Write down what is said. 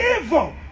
evil